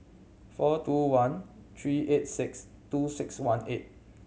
four two one three eight six two six one eight